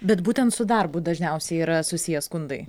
bet būtent su darbu dažniausiai yra susiję skundai